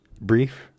Brief